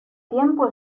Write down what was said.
tiempo